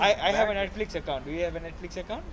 I I have a Netflix account do you have a Netflix account